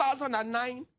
2009